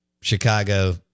Chicago